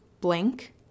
blank